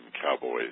cowboys